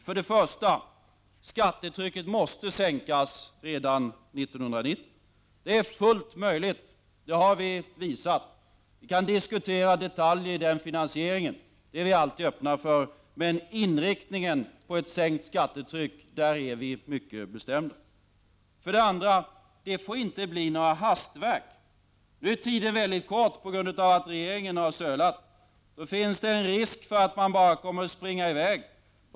För det första måste skattetrycket sänkas redan 1990. Det är fullt möjligt. Det har vi visat. Vi är dock alltid öppna för att diskutera detaljer i finansieringen. När det gäller inriktningen mot ett sänkt skattetryck är dock vår uppfattning mycket bestämd. För det andra får det inte bli några hastverk. Nu är det dock väldigt ont om tid, eftersom regeringen har dragit ut på tiden. Det finns då en risk för att man bara kommer att springa i väg.